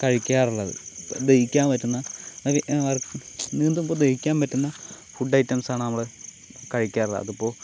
കഴിക്കാറുള്ളത് ദഹിക്കാൻ പറ്റുന്ന നമുക്ക് നീന്തുമ്പോൾ ദഹിക്കാൻ പറ്റുന്ന ഫുഡ് ഐറ്റംസാണ് നമ്മൾ കഴിക്കാറുള്ളത് അതിപ്പോൾ